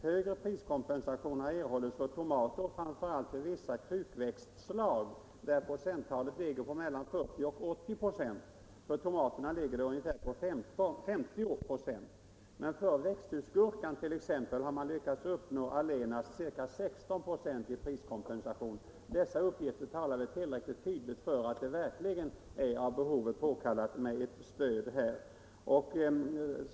Högre priskompensation har erhållits för tomater och framför allt för vissa krukväxtslag, där procenttalet ligger på mellan 40 och 80. För tomaterna ligger det på ungefär 50 96. Men för växthusgurkan t.ex. har man lyckats uppnå allenast 16 96 i priskompensation. Dessa uppgifter talar väl tillräckligt tydligt för att det verkligen är av behovet påkallat med ett stöd.